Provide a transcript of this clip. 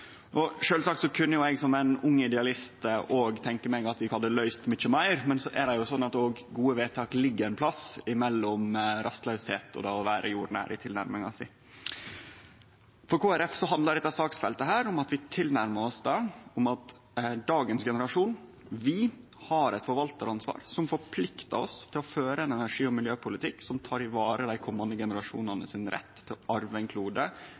ung idealist ha tenkt meg å løyse mykje meir, men så er det jo slik at gode vedtak ligg ein plass mellom det å vere rastlaus og det å vere jordnær i tilnærminga si. For Kristeleg Folkeparti handlar dette saksfeltet og tilnærminga om at dagens generasjon, altså vi, har eit forvaltaransvar som forpliktar oss til å føre ein energi- og miljøpolitikk som varetek dei komande generasjonane sin rett til å arve ein klode